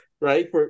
Right